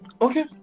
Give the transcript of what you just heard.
okay